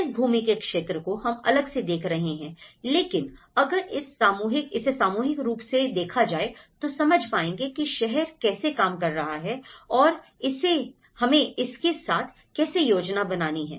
इस भूमि के क्षेत्र को हम अलग से देख रहे हैं लेकिन अगर इस सामूहिक रूप से देखा जाए तो समझ पाएंगे कि शहर कैसे काम कर रहा है और हमें इसके साथ कैसे योजना बनानी है